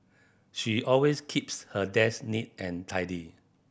she always keeps her desk neat and tidy